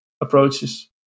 approaches